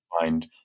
find